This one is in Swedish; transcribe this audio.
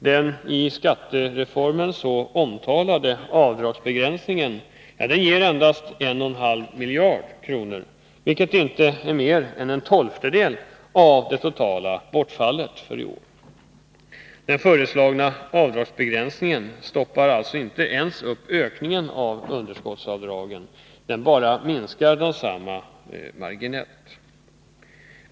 Den i skattereformen så omtalade avdragsbegränsningen ger endast 1,5 miljarder kronor, vilket inte är mer än en tolftedel av det totala bortfallet för i år. Den föreslagna avdragsbegränsningen stoppar alltså inte ens upp ökningen av underskottsavdragen, den bara minskar densamma marginellt.